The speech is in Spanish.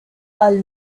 all